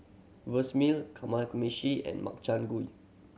Kamameshi and Makchang Gui